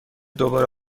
دوباره